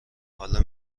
حالا